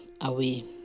away